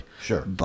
sure